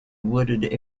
wooded